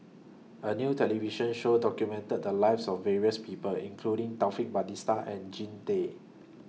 A New television Show documented The Lives of various People including Taufik Batisah and Jean Tay